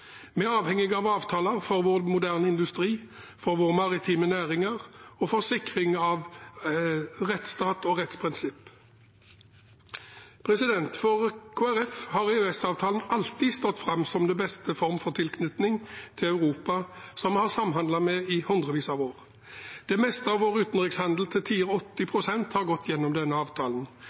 av avtaler for vår moderne industri, for våre maritime næringer og for sikring av rettsstat og rettsprinsipper. For Kristelig Folkeparti har EØS-avtalen alltid stått fram som den beste formen for tilknytning til Europa, som vi har samhandlet med i hundrevis av år. Det meste av vår utenrikshandel, til tider 80 pst., har gått gjennom denne avtalen.